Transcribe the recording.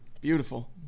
Beautiful